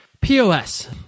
POS